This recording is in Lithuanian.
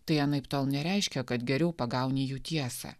tai anaiptol nereiškia kad geriau pagauni jų tiesą